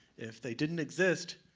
if they didn't exist,